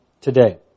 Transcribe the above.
today